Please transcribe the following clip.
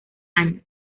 años